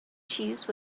cheese